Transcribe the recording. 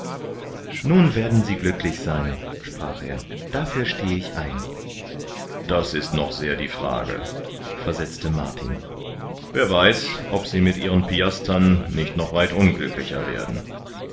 nun werden sie glücklich sein sprach er dafür steh ich ein das ist noch sehr die frage versetzte martin wer weiß ob sie mit ihren piastern nicht noch weit unglücklicher werden